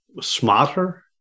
smarter